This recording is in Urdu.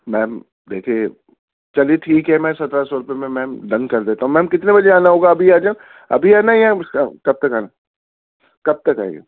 میم دیکھیے چلیے ٹھیک ہے میں سترہ سو روپیے میں میم ڈن کر دیتا ہوں میم کتنے بجے آنا ہوگا ابھی آ جا ابھی آنا ہے یا کب تک آنا کب تک آئیں گے